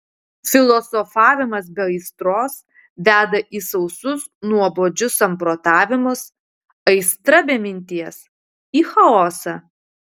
filosofavimas be aistros veda į sausus nuobodžius samprotavimus aistra be minties į chaosą